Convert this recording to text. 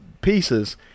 pieces